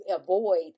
avoid